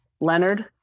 leonard